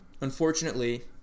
Unfortunately